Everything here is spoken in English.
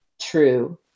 true